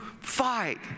fight